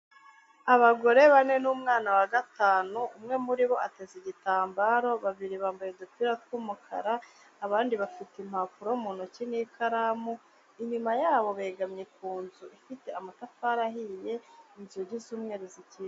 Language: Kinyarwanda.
Abagore bane n'umwana wa gatanu umwe muri bo ateze igitambaro babiri bambaye udupira tw'umukara, abandi bafite impapuro mu ntoki n'ikaramu, inyuma yabo begamye ku nzu ifite amatafari ahiye inzugi z'umweru zikinze.